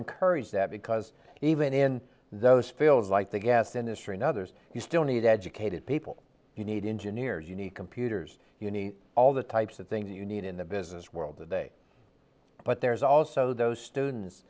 encourage that because even in those fields like the gas industry and others you still need educated people you need engineers you need computers you need all the types of things you need in the business world today but there's also those students